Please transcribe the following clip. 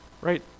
Right